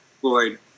Floyd